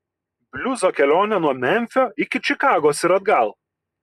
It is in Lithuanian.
bliuzo kelionė nuo memfio iki čikagos ir atgal